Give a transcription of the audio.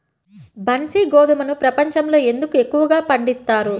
బన్సీ గోధుమను ప్రపంచంలో ఎందుకు ఎక్కువగా పండిస్తారు?